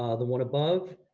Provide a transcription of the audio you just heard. ah the one above,